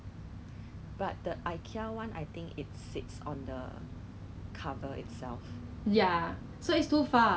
ah yeah 很好吃不是那种外面 typical cheesecake lah 我我讲真的我不喜欢吃 cheesecake